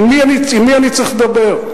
עם מי אני צריך לדבר?